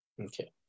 Okay